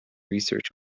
research